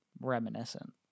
reminiscent